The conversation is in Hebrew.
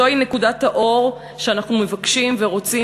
זוהי נקודת האור שלפיה אנחנו מבקשים ורוצים